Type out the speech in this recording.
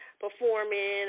performing